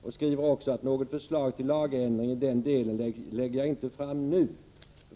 Han skriver också: Något förslag till lagändring i den delen lägger jag inte fram nu.